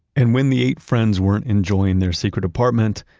and when the eight friends weren't enjoying their secret apartment,